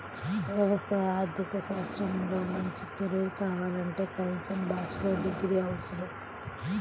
వ్యవసాయ ఆర్థిక శాస్త్రంలో మంచి కెరీర్ కావాలంటే కనీసం బ్యాచిలర్ డిగ్రీ అవసరం